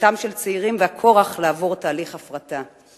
עזיבתם של צעירים והכורח לעבור תהליך הפרטה.